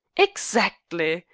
exactly!